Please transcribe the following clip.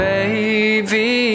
Baby